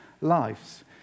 lives